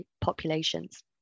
populations